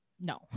no